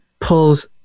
pulls